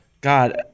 God